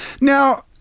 Now